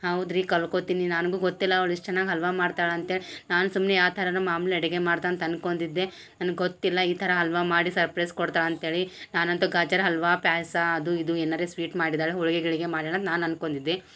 ಹೌದ್ರಿ ಕಲ್ಕೊತಿನಿ ನಾನ್ಗು ಗೊತ್ತಿಲ್ಲ ಅವ್ಳು ಇಷ್ಟು ಚೆನ್ನಾಗಿ ಹಲ್ವಾ ಮಾಡ್ತಾಳೆ ಅಂತ್ಹೇಳಿ ನಾನು ಸುಮ್ನೆ ಆ ಥರನು ಮಾಮ್ಲೆ ಅಡಿಗೆ ಮಾಡ್ತಾ ಅಂತ ಅನ್ಕೊಂದಿದ್ದೆ ನನ್ಗೆ ಗೊತ್ತಿಲ್ಲ ಈ ಥರ ಹಲ್ವ ಮಾಡಿ ಸರ್ಪ್ರೈಸ್ ಕೊಡ್ತಾಳೆ ಅಂತ್ಹೇಳಿ ನಾನಂತು ಗಾಜರ ಹಲ್ವಾ ಪ್ಯಾಸ ಅದು ಇದು ಏನಾರೆ ಸ್ವೀಟ್ ಮಾಡಿದ್ದಾಳೆ ಹೋಳ್ಗೆ ಗೀಳ್ಗೆ ಮಾಡ್ಯಾಳ ಅಂತ ನಾನು ಅನ್ಕೊಂಡಿದ್ದೆ